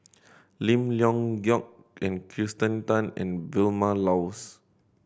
Lim Leong Geok Kirsten Tan and Vilma Laus